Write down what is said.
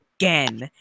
again